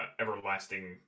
everlasting